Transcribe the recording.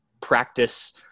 practice